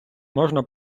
можна